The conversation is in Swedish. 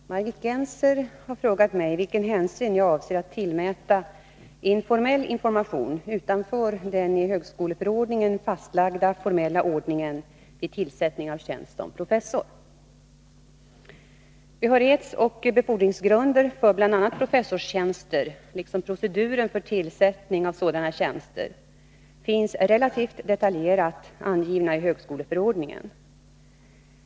Herr talman! Margit Gennser har frågat mig vilken hänsyn jag avser att tillmäta informell information utanför den i högskoleförordningen fastlagda formella ordningen vid tillsättning av tjänst som professor. Behörighetsoch befordringsgrunder för bl.a. professorstjänster liksom proceduren för tillsättning av sådana tjänster finns relativt detaljerat angivna i högskoleförordningen.